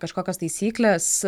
kažkokios taisyklės